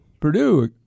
Purdue